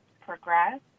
progress